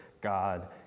God